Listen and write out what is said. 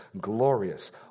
glorious